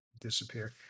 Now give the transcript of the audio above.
disappear